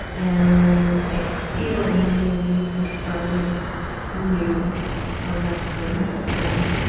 and i feel, in many ways, we started new from that point on.